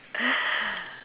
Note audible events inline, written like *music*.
*noise*